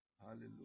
Hallelujah